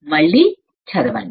మళ్ళీ చదవండి